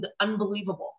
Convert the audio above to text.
unbelievable